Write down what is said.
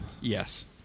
Yes